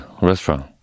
restaurant